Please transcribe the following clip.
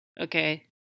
Okay